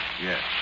Yes